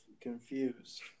confused